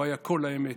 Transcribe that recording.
הוא היה כל האמת,